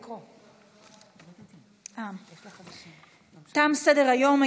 תם סדר-היום.